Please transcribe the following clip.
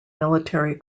military